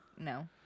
no